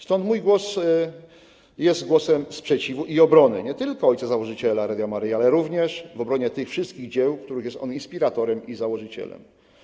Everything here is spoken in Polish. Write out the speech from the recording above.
Stad mój głos jest głosem sprzeciwu i obrony nie tylko ojca założyciela Radia Maryja, ale również obrony tych wszystkich dzieł, których jest on inspiratorem i założycielem.